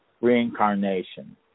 reincarnation